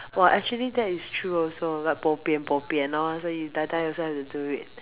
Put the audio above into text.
!wah! actually that is true also like bo pian bo pian loh so you die die also have to do it